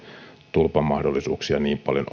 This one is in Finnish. tulppamahdollisuuksia niin paljon